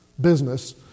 business